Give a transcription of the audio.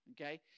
Okay